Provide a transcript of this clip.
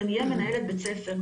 שאני אהיה מנהלת בית ספר.